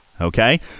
okay